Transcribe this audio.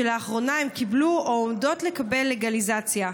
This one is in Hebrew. ולאחרונה הן קיבלו או עומדות לקבל לגליזציה.